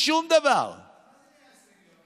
אין ראיית עומק.